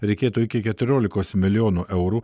reikėtų iki keturiolikos milijonų eurų